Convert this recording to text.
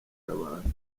kabanda